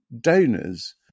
donors